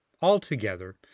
Altogether